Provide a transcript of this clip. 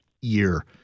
year